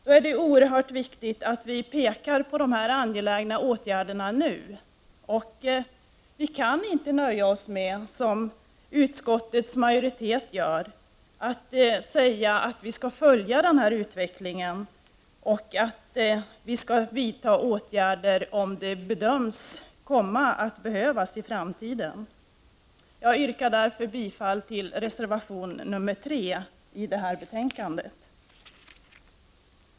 Det är oerhört viktigt att vi nu pekar på de angelägna åtgärder som behövs. Vi kan inte nöja oss med att, som utskottets majoritet gör, säga att man skall följa utvecklingen och vidta åtgärder om sådana bedöms erforderliga i framtiden. Jag yrkar bifall till reservation nr 3 vid detta betänkande.